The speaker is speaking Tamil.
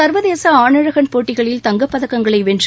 சா்வதேச ஆணழகன் போட்டிகளில் தங்கப்பதக்கங்களை வென்று